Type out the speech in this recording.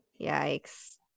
Yikes